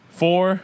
four